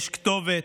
יש כתובת,